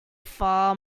far